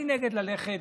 אני נגד ללכת,